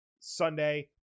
Sunday